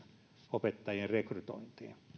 opettajien rekrytointiin